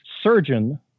Surgeon